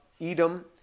Edom